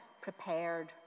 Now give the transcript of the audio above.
prepared